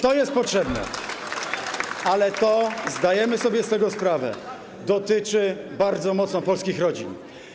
To jest potrzebne, ale to, zdajemy sobie z tego sprawę, dotyczy bardzo mocno polskich rodzin.